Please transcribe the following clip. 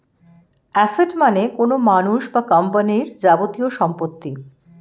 asset মানে কোনো মানুষ বা কোম্পানির যাবতীয় সম্পত্তি